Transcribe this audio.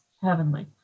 heavenly